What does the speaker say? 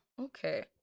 okay